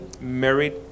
married